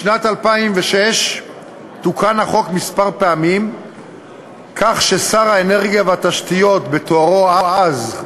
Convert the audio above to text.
משנת 2006 תוקן החוק כמה פעמים כך ששר האנרגיה והתשתיות בתוארו אז,